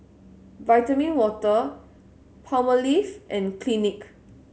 Vitamin Water Palmolive and Clinique